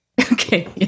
Okay